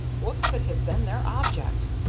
what could have been their object,